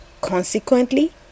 consequently